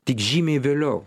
tik žymiai vėliau